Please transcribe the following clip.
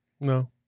No